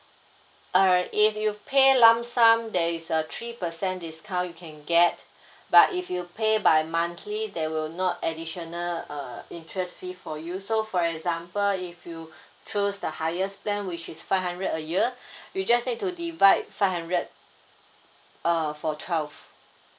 uh if you pay lump sum there is a three percent discount you can get but if you pay by monthly there will not additional uh interest fee for you so for example if you choose the highest plan which is five hundred a year you just need to divide five hundred uh for twelve